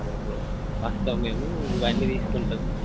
అదే బ్రో వస్తాం మేము అన్నీ తీసుకుంటాం